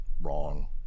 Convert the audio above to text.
wrong